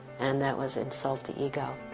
and that was insult the ego.